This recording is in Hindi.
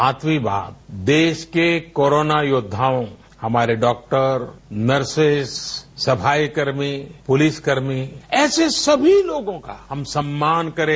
सातवीं बात देश के कोरोना योद्वाओं हमारे डॉक्टर नर्सेस सफाई कर्मी पुलिसकर्मी ऐसे सभी लोगों का हम सम्मान करें